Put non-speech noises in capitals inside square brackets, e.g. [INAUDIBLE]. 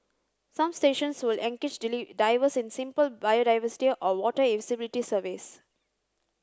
some stations will engage [UNINTELLIGIBLE] divers in simple biodiversity or water [UNINTELLIGIBLE] visibility surveys